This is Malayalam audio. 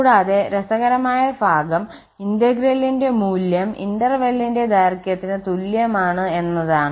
കൂടാതെ രസകരമായ ഭാഗം ഇന്റഗ്രലിന്റെ മൂല്യം ഇന്റർവെല്ലിന്റെ ദൈർഘ്യത്തിന് തുല്യമാണ് എന്നതാണ്